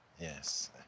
yes